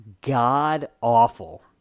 god-awful